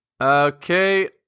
Okay